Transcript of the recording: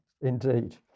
Indeed